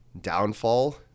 downfall